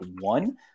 one